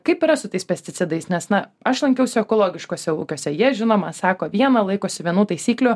kaip yra su tais pesticidais nes na aš lankiausi ekologiškuose ūkiuose jie žinoma sako viena laikosi vienų taisyklių